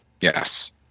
Yes